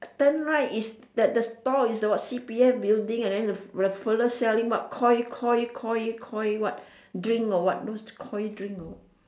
turn right is that the store is the what C_P_F building and then the that fellow selling what koi koi koi koi what drink or what those koi drink or what